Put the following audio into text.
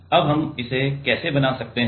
अब हम इसे कैसे बना सकते हैं